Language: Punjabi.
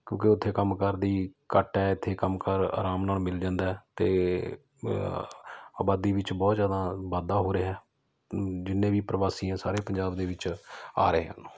ਕਿਉਂਕਿ ਉੱਥੇ ਕੰਮਕਾਰ ਦੀ ਘੱਟ ਹੈ ਇੱਥੇ ਕੰਮਕਾਰ ਆਰਾਮ ਨਾਲ ਮਿਲ ਜਾਂਦਾ ਅਤੇ ਆਬਾਦੀ ਵਿੱਚ ਬਹੁਤ ਜ਼ਿਆਦਾ ਵਾਧਾ ਹੋ ਰਿਹਾ ਜਿੰਨੇ ਵੀ ਪ੍ਰਵਾਸੀ ਆ ਸਾਰੇ ਪੰਜਾਬ ਦੇ ਵਿੱਚ ਆ ਰਹੇ ਹਨ